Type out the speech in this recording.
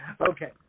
Okay